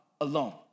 alone